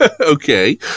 Okay